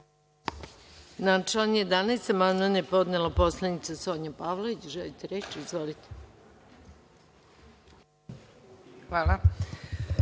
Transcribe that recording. Hvala.